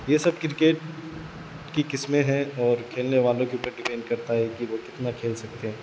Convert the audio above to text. یہ سب کرکٹ کی قسمیں ہیں اور کھیلنے والوں کے اوپر ڈیپینڈ کرتا ہے کہ وہ کتنا کھیل سکتے ہیں